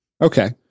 Okay